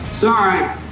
Sorry